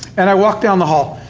and i walked down the hall,